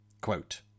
Quote